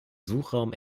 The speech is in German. suchraum